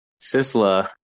Sisla